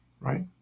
right